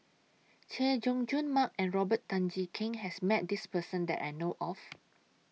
Chay Jung Jun Mark and Robert Tan Jee Keng has Met This Person that I know of